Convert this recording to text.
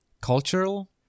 cultural